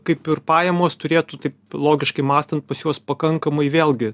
kaip ir pajamos turėtų taip logiškai mąstant pas juos pakankamai vėlgi